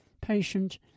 patient